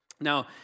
Now